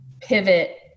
pivot